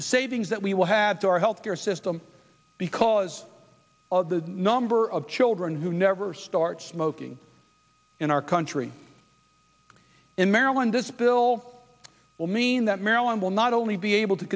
the savings that we will have to our health care system because of the number of children who never start smoking in our country in maryland this bill will mean that maryland will not only be able to